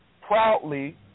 proudly